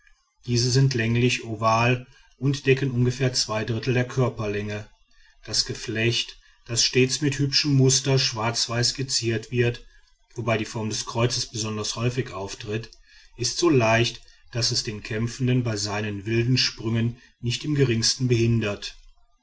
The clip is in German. diese sind länglich oval und decken ungefähr zwei drittel der körperlänge das geflecht das stets mit hübschem muster schwarzweiß geziert wird wobei die form des kreuzes besonders häufig auftritt ist so leicht daß es den kämpfenden bei seinen wilden sprüngen nicht im geringsten behindert